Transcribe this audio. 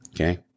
Okay